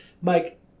Mike